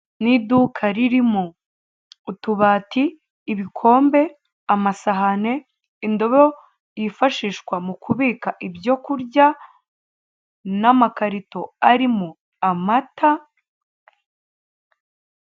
Ni iduka ririmo utubati, ibikombe, amasahane, indobo yifashishwa mu kubika ibyo kurya, n'amakarito arimo amata.